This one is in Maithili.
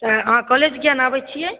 अहाँ कॉलेज किआ नहि आबै छियै